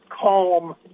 calm